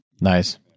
Nice